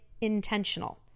intentional